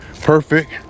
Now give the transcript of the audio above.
perfect